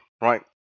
right